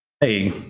hey